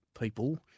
people